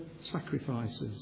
sacrifices